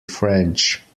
french